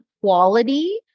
quality